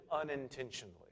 unintentionally